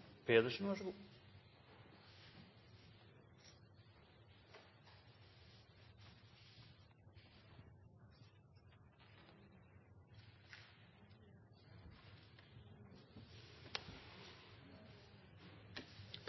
få en så grundig prosess som